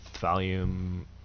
volume